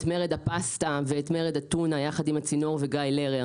מרד הפסטה ואת מרד הטונה יחד עם "הצינור" וגיא לרר,